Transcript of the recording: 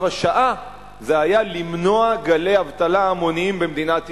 השעה היה למנוע גלי אבטלה המוניים במדינת ישראל,